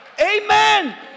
Amen